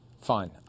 fine